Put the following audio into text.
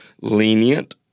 lenient